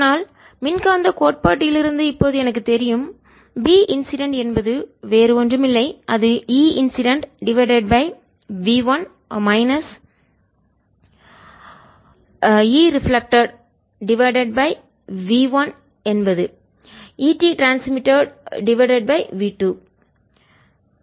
ஆனால் மின்காந்தக் கோட்பாட்டிலிருந்து இப்போது எனக்குத் தெரியும் B இன்சிடென்ட் என்பது வேறு ஒன்றுமில்லைஅது E incident divided by v 1 minus கழித்தல் E ரிஃப்ளெக்ட்டட் பிரதிபலித்தது டிவைடட் பை v 1 என்பது E T transmitted divided by V2